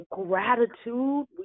gratitude